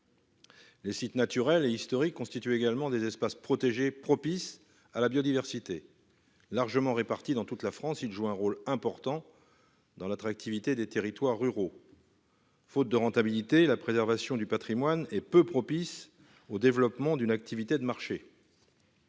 Le sites naturels et historiques constituent également des espaces protégés propice à la biodiversité largement répartis dans toute la France. Il joue un rôle important. Dans l'attractivité des territoires ruraux. Faute de rentabilité. La préservation du Patrimoine et peu propice au développement d'une activité de marché.